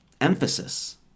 emphasis